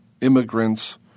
immigrants